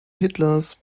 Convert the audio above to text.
hitlers